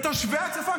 ותושבי הצפון,